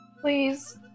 Please